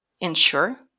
ensure